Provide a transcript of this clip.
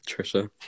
Trisha